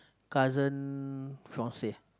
cousin fiancee